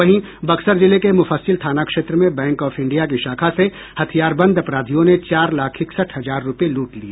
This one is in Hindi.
वहीं बक्सर जिले के मुफ्फसिल थाना क्षेत्र में बैंक ऑफ इंडिया की शाखा से हथियारबंद अपराधियों ने चार लाख इकसठ हजार रुपये लूट लिये